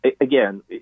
again